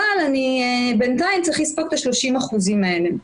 אבל אני בינתיים צריך לספוג את ה-30% האלה.